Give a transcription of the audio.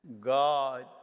God